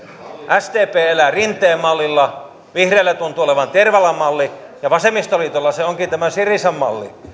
sdp elää rinteen mallilla vihreillä tuntuu olevan tervalan malli ja vasemmistoliitolla se onkin tämä syrizan malli